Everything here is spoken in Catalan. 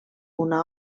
una